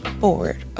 forward